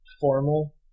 formal